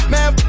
Man